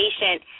patient